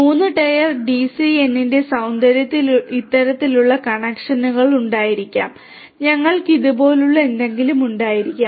3 tier ഡിസിഎന്നിന്റെ സൌന്ദര്യം ഇത്തരത്തിലുള്ള കണക്ഷനുകൾ ഉണ്ടായിരിക്കും നിങ്ങൾക്ക് ഇതുപോലുള്ള എന്തെങ്കിലും ഉണ്ടായിരിക്കാം